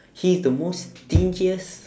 he's the most stingiest